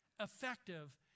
effective